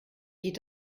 geht